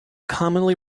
commonly